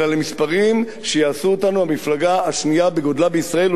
אלא למספרים שיעשו אותנו המפלגה השנייה בגודלה בישראל.